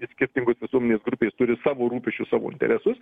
skirtingos visuomenės grupės turi savų rūpesčių savo interesus